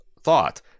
thought